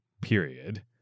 period